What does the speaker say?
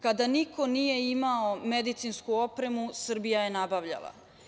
Kada niko nije imao medicinsku opremu, Srbija je nabavljala.